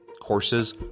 Courses